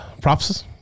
props